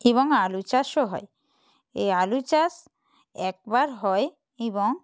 এবং আলু চাষও হয় এই আলু চাষ একবার হয় এবং